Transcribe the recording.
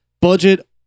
budget